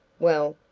well,